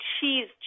cheese